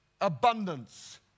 abundance